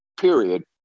period